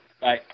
Bye